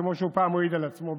כמו שפעם הוא העיד על עצמו,